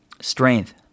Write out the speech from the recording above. Strength